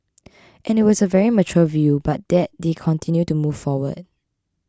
and it was a very mature view but that they continue to move forward